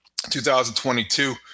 2022